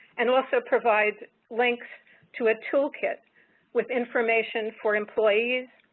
and also provides links to a toolkit with information for employees,